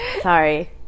Sorry